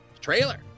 trailer